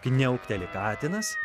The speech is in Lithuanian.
kniaukteli katinas